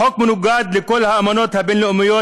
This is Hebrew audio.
החוק מנוגד לכל האמנות הבין-לאומיות